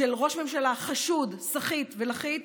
של ראש ממשלה חשוד, סחיט ולחיץ,